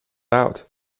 out